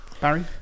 Barry